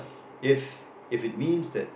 if if it means that